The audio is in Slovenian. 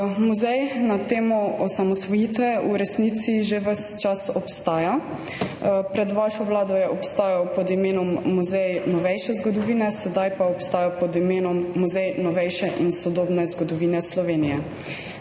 Muzej na temo osamosvojitve v resnici že ves čas obstaja. Pred vašo vlado je obstajal pod imenom Muzej novejše zgodovine, sedaj pa obstaja pod imenom Muzej novejše in sodobne zgodovine Slovenije.